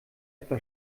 etwa